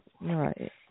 Right